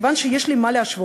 כיוון שיש לי עם מה להשוות,